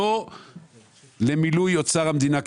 לא למילוי אוצר המדינה,